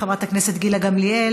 חברת הכנסת גילה גמליאל.